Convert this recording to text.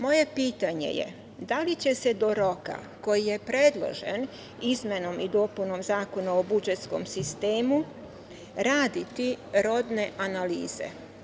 Moje pitanje je – da li će se do roka koji je predložen izmenom i dopunom Zakona o budžetskom sistemu raditi rodne analize?